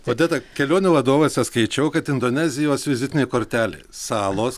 odeta kelionių vadovuose skaičiau kad indonezijos vizitinė kortelė salos